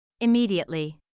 Immediately